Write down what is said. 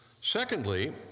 Secondly